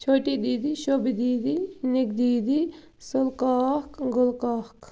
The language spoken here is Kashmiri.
چھوٹی دیٖدی شوٚبہِ دیدی نِگہٕ دیدی سُلہٕ کاک گُلہٕ کاک